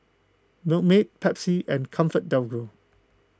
Milkmaid Pepsi and ComfortDelGro